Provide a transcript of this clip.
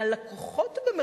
וה"לקוחות",